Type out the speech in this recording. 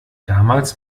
damals